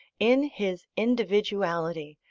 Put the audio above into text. in his individuality,